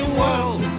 world